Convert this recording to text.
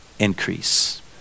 increase